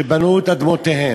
שבנו את אדמותיהם,